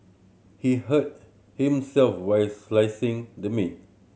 he hurt himself while slicing the meat